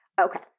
Okay